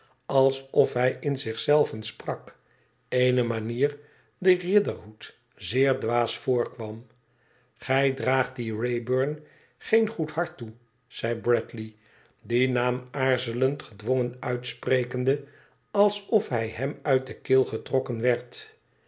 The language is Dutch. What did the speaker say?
alsof hij in zich zelven sprak eene manier die riderhood zeer dwaas voorkwam gij draagt dien wraybumgeen goed hart toe zei bradley dien naam aarzelend gedwongen uitsprekende alsof hij hem uit de keel getrokken werd